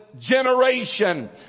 generation